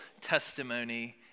testimony